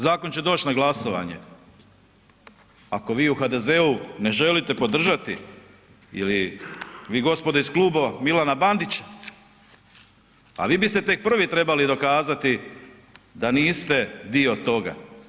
Stoga zakon će doći na glasovanje, ako vi u HDZ-u ne želite podržati ili vi gospodo iz Kluba Milana Bandića, a vi biste tek prvi trebali dokazati da niste dio toga.